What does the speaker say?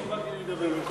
אם רוצים אני אדבר במקומו.